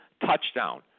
touchdown